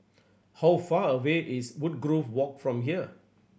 how far away is Woodgrove Walk from here